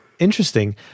Interesting